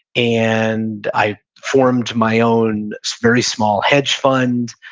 and i formed my own very small hedge fund.